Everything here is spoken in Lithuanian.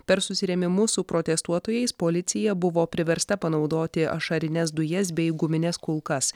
per susirėmimus su protestuotojais policija buvo priversta panaudoti ašarines dujas bei gumines kulkas